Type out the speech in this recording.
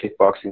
kickboxing